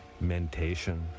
mentation